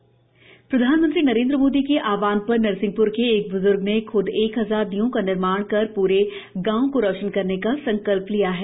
दीप जलाएं प्रधानमंत्री नरेंद्र मोदी के आव्हान पर नरसिंहप्र के एक ब्ज्र्ग ने ख्द एक हजार दियों का निर्माण कर प्रे गांव को रोशन करने संकल्प लिया है